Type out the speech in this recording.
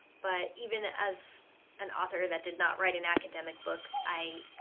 but even as an author that did not write an academic book, i,